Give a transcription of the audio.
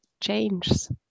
changes